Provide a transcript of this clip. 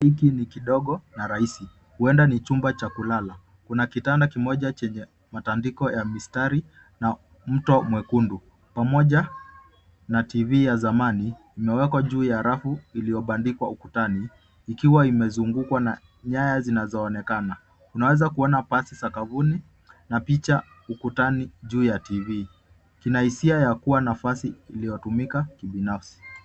...hiki ni kidogo na rahisi huenda ni chumba cha kulala. Kuna kitanda kimoja chenye matandiko ya mistari na mto mwekundu pamoja na TV ya zamani vimewekwa juu ya rafu iliyobandikwa ukutani ikiwa imezungukwa na nyaya zinazoonekana. Unaweza kuona pasi sakafuni na picha ukuani juu ya TV. Kina hisia ya kuwa nafasi iliyotumika kibinafsi.